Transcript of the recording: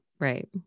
Right